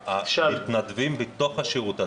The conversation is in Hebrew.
המתנדבים בתוך השירות הצבאי,